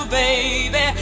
baby